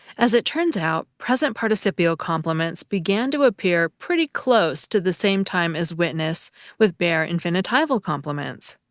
as it turns out, present participial complements began to appear pretty close to the same time as witness with bare infinitival complements.